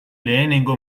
lehenengo